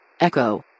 Echo